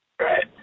right